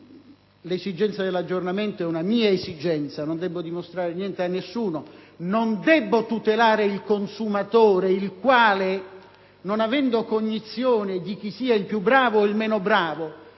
- quella dell'aggiornamento diventa solo una mia esigenza, perché non devo dimostrare niente a nessuno; non devo tutelare il consumatore, il quale, non avendo cognizione di chi sia il più bravo o il meno bravo